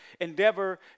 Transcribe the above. endeavor